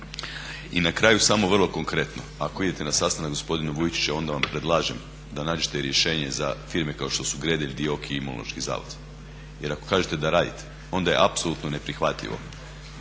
I na kraju samo vrlo konkretno. Ako idete na sastanak sa gospodinom Vujčićem onda vam predlažem da nađete rješenje za firme kao što su Gredelj, DIOKI, Imunološki zavod. Jer ako kažete da radite, onda je apsolutno neprihvatljivo